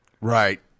Right